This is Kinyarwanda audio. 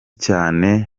cyane